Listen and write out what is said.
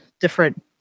different